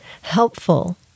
helpful